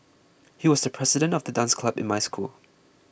he was the president of the dance club in my school